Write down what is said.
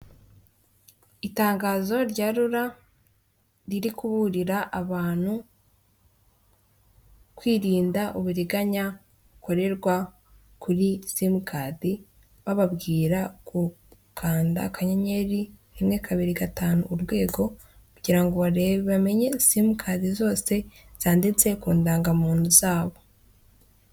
Itangazo rya rura riri kuburira abantu kwirinda uburiganya bukorerwa kuri simukadi, bababwira gukanda akanyenyeri rimwe kabiri gatanu urwego, kugira ngo bamenye simukadi zose zaditse ku ndangamuntu zabo.